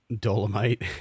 Dolomite